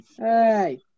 hey